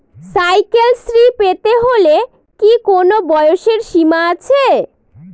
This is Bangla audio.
সাইকেল শ্রী পেতে হলে কি কোনো বয়সের সীমা আছে?